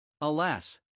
Alas